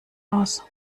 aus